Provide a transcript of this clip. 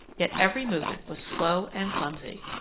yet every movement was slow and clumsy.